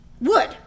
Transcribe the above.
wood